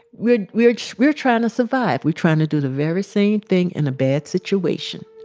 we're, we're, we're trying to survive. we're trying to do the very same thing in a bad situation.